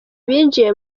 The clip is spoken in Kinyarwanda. binjiye